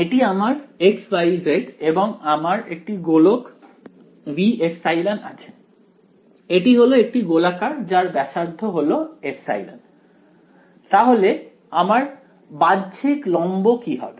এটি আমার x y z এবং আমার একটি গোলক Vε আছে এটি হলো একটি গোলাকার যার ব্যাসার্ধ হল ε তাহলে আমার বাহ্যিক লম্ব কি হবে